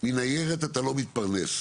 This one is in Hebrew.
מניירת אתה לא מתפרנס.